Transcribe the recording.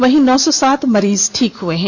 वहीं नौ सौ सात मरीज ठीक हए हैं